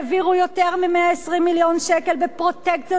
כשהעבירו יותר מ-120 מיליון שקל בפרוטקציות